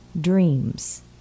dreams